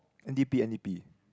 N_D_P N_D_P